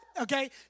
Okay